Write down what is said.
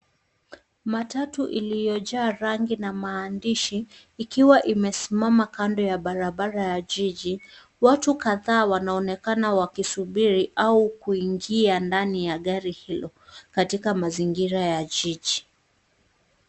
Matatu iliyojaa rangi na maandishi ikiwa imesimama kando ya barabara ya jiji. Watu kadhaa wanaonekana wakisubiri au kuingia ndani ya gari hilo katika mazingira ya jiji.